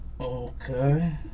Okay